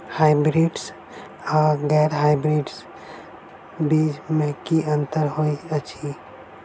Hybrids आ गैर hybrids बीज म की अंतर होइ अछि?